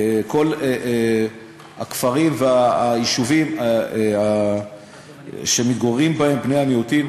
לכל הכפרים והיישובים שמתגוררים בהם בני המיעוטים.